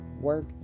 work